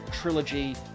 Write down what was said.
Trilogy